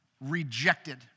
rejected